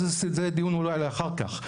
אבל זה דיון אולי לאחר כך.